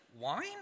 wine